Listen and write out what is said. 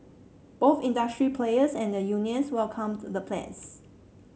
both industry players and the unions welcomed the plans